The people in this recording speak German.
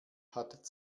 hat